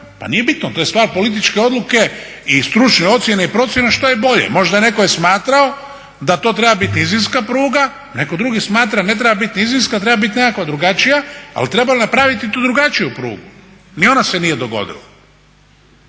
pa nije bitno. To je stvar političke odluke i stručne ocjene i procjene šta je bolje. Možda je netko i smatrao da to treba biti nizinska pruga, netko drugi smatra ne treba bit nizinska, treba bit nekakva drugačija ali trebalo je napraviti tu drugačiju prugu. Ni ona se nije dogodila.